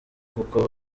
kuko